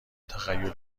تخیل